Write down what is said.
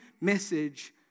message